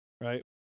right